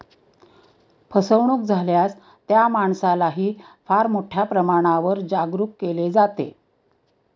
फसवणूक झाल्यास त्या माणसालाही फार मोठ्या प्रमाणावर जागरूक केले जाते